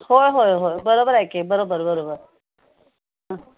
होय होय होय बरोबर आहे की बरोबर बरोबर हं